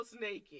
naked